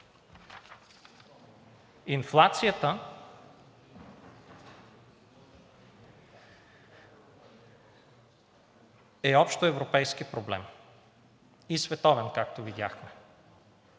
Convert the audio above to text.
Инфлацията е общоевропейски проблем и световен, както видяхме.